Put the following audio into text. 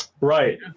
right